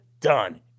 done